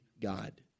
God